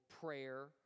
prayer